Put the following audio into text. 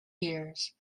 years